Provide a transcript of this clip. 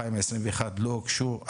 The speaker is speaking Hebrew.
2021 לא הוגשו,